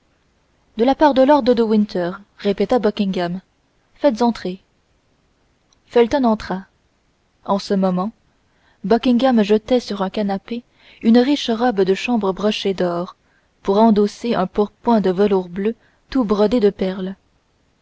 de la part de lord de winter répéta buckingham faites entrer felton entra en ce moment buckingham jetait sur un canapé une riche robe de chambre brochée d'or pour endosser un pourpoint de velours bleu tout brodé de perles